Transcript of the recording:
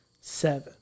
seven